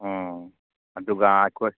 ꯑꯪ ꯑꯗꯨꯒ ꯑꯩꯈꯣꯏ